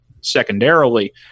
secondarily